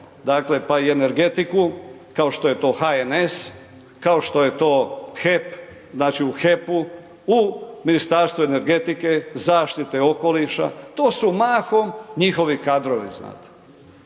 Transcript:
dakle pa i energetiku kao što je to HNS, kao što je to HEP, znači HEP-u, u Ministarstvu energetike i zaštite okoliša, to su mahom njihovi kadrovi, znate.